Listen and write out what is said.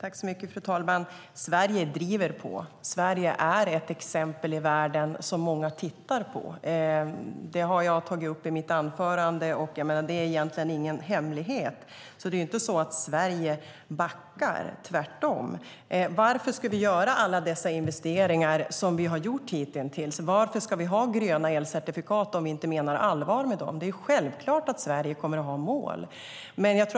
Fru talman! Sverige driver på. Sverige är ett exempel i världen som många tittar på. Det tog jag upp i mitt anförande. Det är egentligen ingen hemlighet. Det är inte så att Sverige backar - tvärtom. Varför ska vi göra alla de investeringar som vi har gjort hittills? Varför ska vi ha gröna elcertifikat om vi inte menar allvar med dem? Det är självklart att Sverige kommer att ha mål.